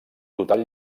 total